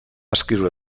escriure